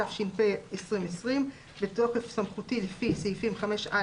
התש"ף-2020 "בתוקף סמכותי לפי סעיפים 5א